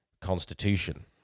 constitution